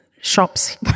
shops